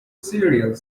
cereal